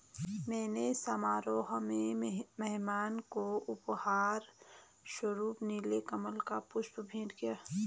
मैंने समारोह में मेहमान को उपहार स्वरुप नील कमल का पुष्प भेंट किया